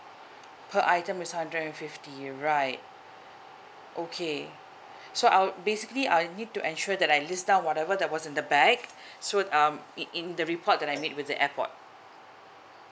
per item is hundred and fifty right okay so I'll basically I'll need to ensure that I list down whatever that was in the bag so um in in the report that I made with the airport